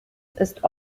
ist